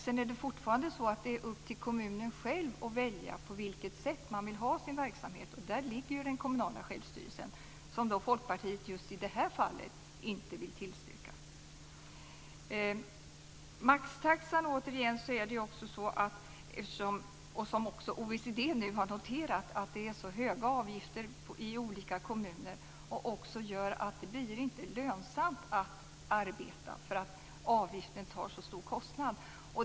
Det är fortfarande upp till kommunen själv att välja på vilket sätt man vill ha sin verksamhet. Där ligger den kommunala självstyrelsen, som Folkpartiet i just det här fallet inte vill tillstyrka. När det återigen gäller maxtaxan har OECD nu noterat att det är höga avgifter i olika kommuner, vilket gör att det inte är lönsamt att arbeta därför att avgiften tar en så stor kostnad.